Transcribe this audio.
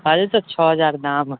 कहली तऽ छओ हजार दाम